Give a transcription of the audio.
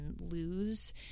lose